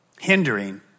hindering